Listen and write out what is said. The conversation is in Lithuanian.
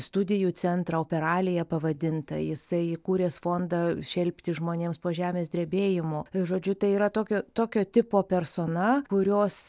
studijų centrą operalia pavadintą jisai įkūręs fondą šelpti žmonėms po žemės drebėjimo žodžiu tai yra tokio tokio tipo persona kurios